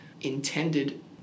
intended